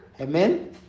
Amen